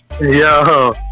yo